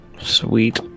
Sweet